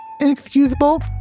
inexcusable